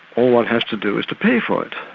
all one has to do is to pay for it.